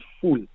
full